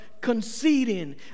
conceding